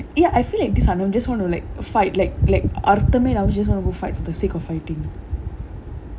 ya I feel like this sanam just want to like fight like like அர்த்தமேயில்லாம:arthamaeillaama just want to go fight for the sake of fighting